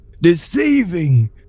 deceiving